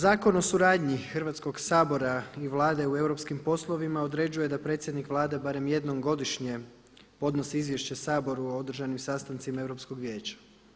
Zakon o suradnji Hrvatskoga sabora i Vlade u Europskim poslovima određuje da predsjednik Vlade barem jednom godišnje podnosi izvješće Saboru o održanim sastancima Europskog vijeća.